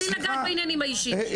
אבל בלי לגעת בעניינים אישיים.